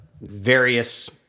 various